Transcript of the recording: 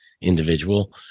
individual